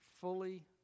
fully